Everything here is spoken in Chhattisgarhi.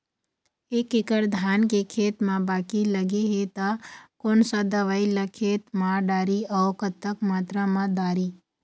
एक एकड़ धान के खेत मा बाकी लगे हे ता कोन सा दवई ला खेत मा डारी अऊ कतक मात्रा मा दारी?